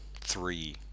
three